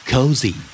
Cozy